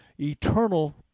eternal